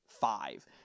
five